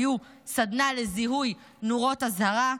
סדנה לזיהוי נורות אזהרה,